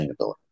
sustainability